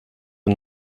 are